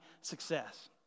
success